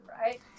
right